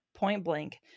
point-blank